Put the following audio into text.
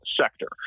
sector